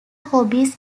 hobbies